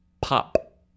Pop